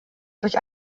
durch